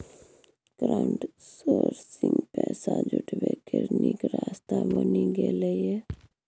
crowdsourcing पैसा जुटबै केर नीक रास्ता बनि गेलै यै